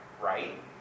right